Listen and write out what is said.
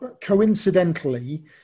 coincidentally